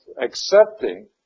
accepting